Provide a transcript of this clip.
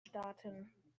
starten